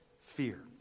fear